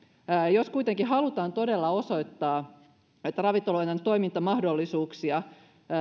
jos kuitenkin halutaan todella osoittaa että ravintoloiden toimintamahdollisuuksia